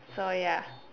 so ya